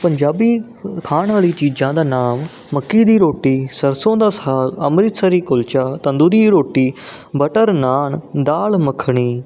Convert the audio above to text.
ਪੰਜਾਬੀ ਖਾਣ ਵਾਲੀ ਚੀਜ਼ਾਂ ਦਾ ਨਾਮ ਮੱਕੀ ਦੀ ਰੋਟੀ ਸਰਸੋਂ ਦਾ ਸਾਗ ਅੰਮ੍ਰਿਤਸਰੀ ਕੁਲਚਾ ਤੰਦੂਰੀ ਰੋਟੀ ਬਟਰ ਨਾਨ ਦਾਲ ਮੱਖਣੀ